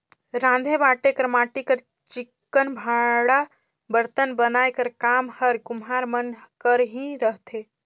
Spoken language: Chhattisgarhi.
राँधे बांटे कर माटी कर चिक्कन भांड़ा बरतन बनाए कर काम हर कुम्हार मन कर ही रहथे